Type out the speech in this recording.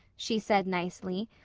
she said nicely.